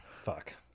Fuck